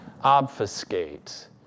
obfuscate